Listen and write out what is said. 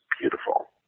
beautiful